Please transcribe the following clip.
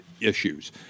issues